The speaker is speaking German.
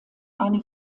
eine